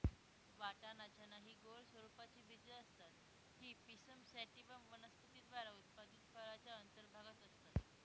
वाटाणा, चना हि गोल स्वरूपाची बीजे असतात ही पिसम सॅटिव्हम वनस्पती द्वारा उत्पादित फळाच्या अंतर्भागात असतात